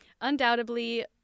Undoubtedly